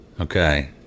Okay